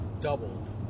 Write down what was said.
doubled